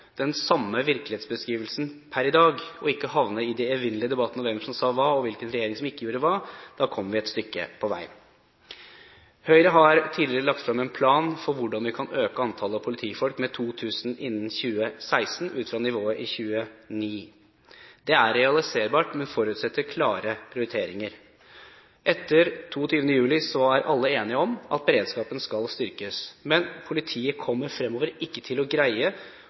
den samme virkelighetsbeskrivelsen per i dag, og ikke havne i de evinnelige debattene om hvem som sa hva og hvilken regjering som ikke gjorde hva, da kommer vi et stykke på vei. Høyre har tidligere lagt frem en plan for hvordan vi kan øke antallet politifolk med 2 000 innen 2016, ut fra nivået i 2009. Det er realiserbart, men forutsetter klare prioriteringer. Etter 22. juli er alle enige om at beredskapen skal styrkes. Men politiet kommer fremover ikke til å greie